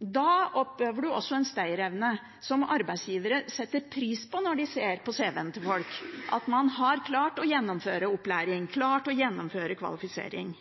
Da opplever man også en stayerevne som arbeidsgivere setter pris på når de ser på cv-en til folk, at man har klart å gjennomføre opplæring, og klart å gjennomføre kvalifisering.